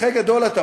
מומחה גדול אתה,